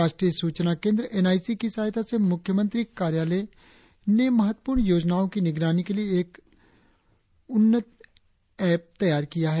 राष्ट्रीय सूचना केंद्र एन आई सी की सहायता से मुख्यमंत्री कार्यालय ने महत्वपूर्ण योजनाओ के निगरानी के लिए एक एप उन्नति को विकसित किया है